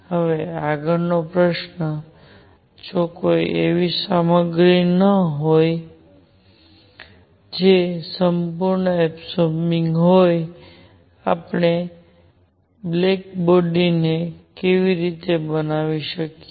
હવે આગળનો પ્રશ્ન જો કોઈ એવી સામગ્રી ન હોય જે સંપૂર્ણ એબસોરબિંગ હોય આપણે બ્લેક બોડી ને કેવી રીતે બનાવી શકીએ